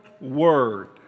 word